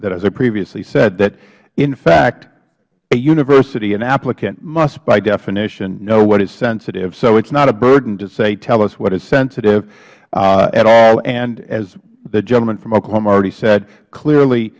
that as i previously said that in fact a university an applicant must by definition know what is sensitive so it is not a burden to say tell us what is sensitive at all and as the gentleman from oklahoma already said clearly